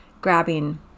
grabbing